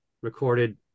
recorded